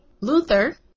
Luther